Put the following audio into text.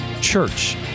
church